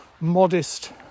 modest